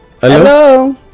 Hello